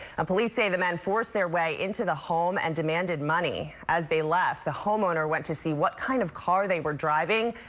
um police say the men forced their way into the home and demanded money as they left the homeowner went to see what kind of car they were driving.